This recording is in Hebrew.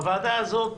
בוועדה הזאת,